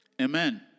Amen